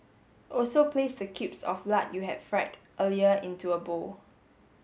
also place the cubes of lard you had fried earlier into a bowl